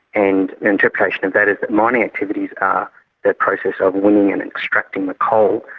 and an interpretation of that is that mining activities are that process of winning and extracting the coal,